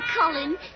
Colin